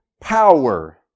power